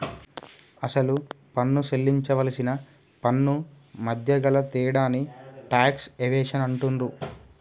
అసలు పన్ను సేల్లించవలసిన పన్నుమధ్య గల తేడాని టాక్స్ ఎవేషన్ అంటుండ్రు